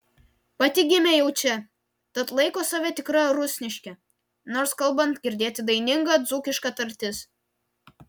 pati gimė jau čia tad laiko save tikra rusniške nors kalbant girdėti daininga dzūkiška tartis